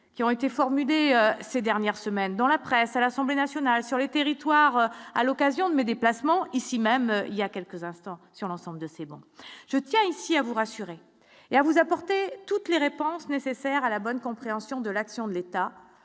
qui ont été formulées ces dernières semaines dans la presse à l'Assemblée nationale sur les territoires, à l'occasion de mes déplacements ici même il y a quelques instants sur l'ensemble de ces ventes je tiens ici à vous rassurer et à vous apporter toutes les réponses nécessaires à la bonne compréhension de l'action de l'État,